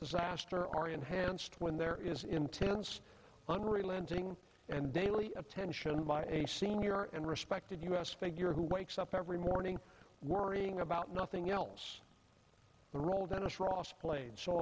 disaster are enhanced when there is intense unrelenting and daily attention by a senior and respected u s figure who wakes up every morning worrying about nothing else the role dennis ross played so